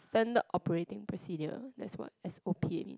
standard operating procedure that's what S_O_P mean